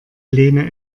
lehne